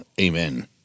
Amen